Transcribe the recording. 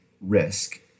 risk